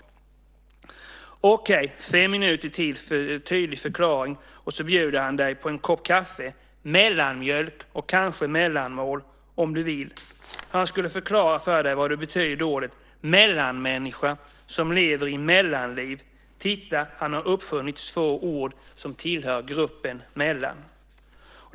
Han skriver: Okej, fem minuter till för en tydlig förklaring, och så bjuder han dig på en kopp kaffe, mellanmjölk och kanske mellanmål om du vill. Han skulle förklara för dig betydelsen av ordet mellanmänniska som lever mellanliv. Titta, han har uppfunnit två ord som tillhör gruppen mellan.